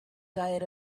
diet